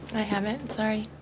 i haven't. sorry.